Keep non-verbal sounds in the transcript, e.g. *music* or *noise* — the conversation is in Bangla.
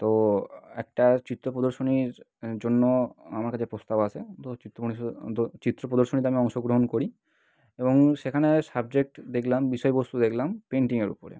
তো একটা চিত্র প্রদর্শনীর জন্য আমার কাছে প্রস্তাব আসে ধরুন চিত্র *unintelligible* তো চিত্র প্রদর্শনীতে আমি অংশগ্রহণ করি এবং সেখানে সাবজেক্ট দেখলাম বিষয়বস্তু দেখলাম পেন্টিংয়ের উপরে